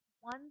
one